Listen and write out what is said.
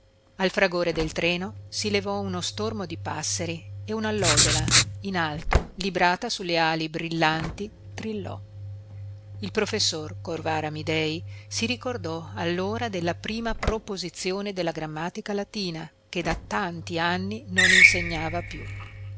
al fragore del treno si levò uno stormo di passeri e unallodola in alto librata sulle ali brillanti trillò il professor corvara amidei si ricordò allora della prima proposizione della grammatica latina che da tanti anni non insegnava più